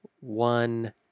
one